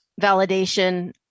validation